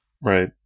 Right